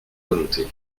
volonté